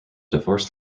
divorce